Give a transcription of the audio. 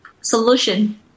solution